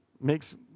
makes